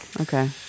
Okay